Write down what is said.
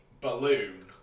balloon